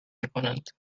میکنند